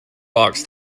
box